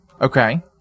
Okay